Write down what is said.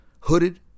hooded